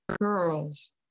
girls